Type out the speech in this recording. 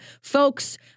Folks